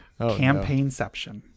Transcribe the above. Campaignception